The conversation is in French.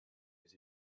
des